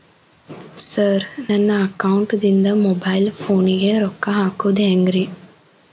Sir ನನ್ನ ಅಕೌಂಟದಿಂದ mobile ಫೋನಿಗೆ ರೊಕ್ಕ ಹಾಕೋದು ಹೆಂಗ್ರಿ?